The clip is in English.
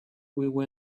will